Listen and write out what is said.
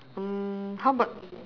mm how about